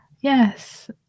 Yes